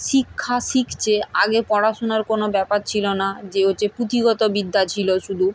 শিক্ষা শিখছে আগে পড়াশুনার কোনো ব্যাপার ছিল না যে যে পুঁথিগত বিদ্যা ছিল শুধু